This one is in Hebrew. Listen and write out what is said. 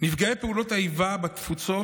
נפגעי פעולות האיבה בתפוצות